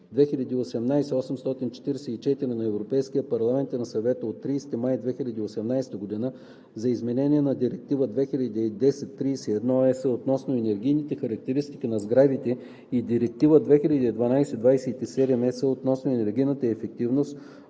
2018/844 на Европейския парламент и на Съвета от 30 май 2018 година за изменение на Директива 2010/31/ЕС относно енергийните характеристики на сградите и Директива 2012/27/ЕС относно енергийната ефективност